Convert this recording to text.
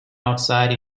outside